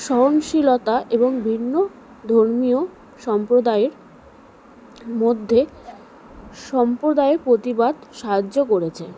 সহনশীলতা এবং ভিন্ন ধর্মীয় সম্প্রদায়ের মধ্যে সম্প্রদায়ের প্রতিবাদ সাহায্য করেছে